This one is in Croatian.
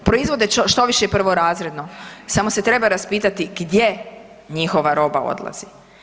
Proizvode i štoviše prvorazredno, samo se treba raspitati gdje njihova roba odlazi.